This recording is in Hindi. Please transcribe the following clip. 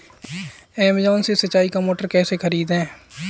अमेजॉन से सिंचाई का मोटर कैसे खरीदें?